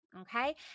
Okay